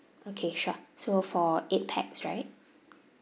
okay sure so for eight pax right